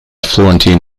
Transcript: florentine